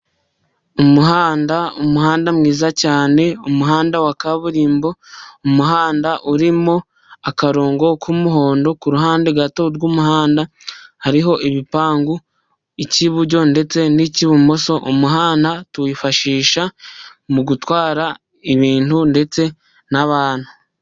Umuhanda, umuhanda mwiza cyane, umuhanda wa kaburimbo. Umuhanda urimo akarongo k'umuhondo, ku ruhande gato rw'umuhanda hariho ibipangu. Icy'ibuburyo ndetse n'icy'ibumoso. Umuhanda tuwifashisha mu gutwara ibintu ndetse n'abantu.